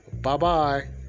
Bye-bye